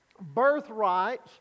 birthrights